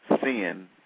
sin